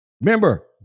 Remember